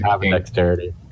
dexterity